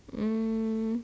um